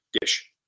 dish